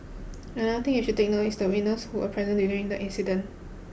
another thing you should take note is the witness who were present during the incident